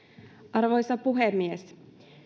arvoisa puhemies